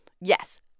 Yes